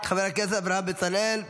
חבר הכנסת אברהם בצלאל,